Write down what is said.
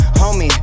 homie